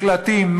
מקלטים,